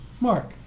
Mark